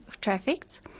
trafficked